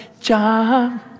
John